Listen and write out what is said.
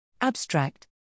Abstract